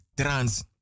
trans